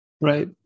Right